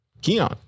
Keon